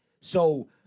So-